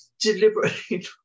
deliberately